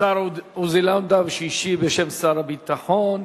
לשר עוזי לנדאו, שהשיב בשם שר הביטחון.